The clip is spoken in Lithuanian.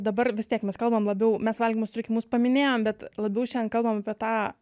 dabar vis tiek mes kalbam labiau mes valgymo sutrikimus paminėjom bet labiau šiandien kalbame apie tą